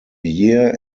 year